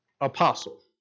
apostle